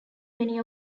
many